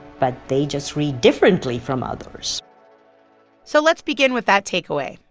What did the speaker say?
but they just read differently from others so let's begin with that takeaway.